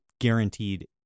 guaranteed